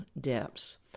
depths